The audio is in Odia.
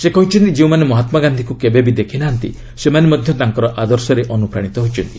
ସେ କହିଛନ୍ତି ଯେଉଁମାନେ ମହାତ୍ମାଗାନ୍ଧିଙ୍କୁ କେବେବି ଦେଖିନାହାନ୍ତି ସେମାନେ ମଧ୍ୟ ତାଙ୍କ ଆଦର୍ଶରେ ଅନୁପ୍ରାଣିତ ହୋଇଛନ୍ତି